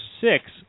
six